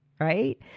right